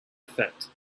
effect